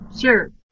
sure